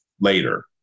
later